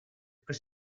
per